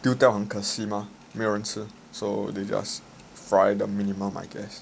丢掉很可惜 mah 没有人吃 so they just fry the minimum I guess